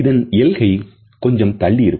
இதன் எல்கை கொஞ்சம் தள்ளி இருக்கும்